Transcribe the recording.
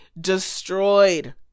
destroyed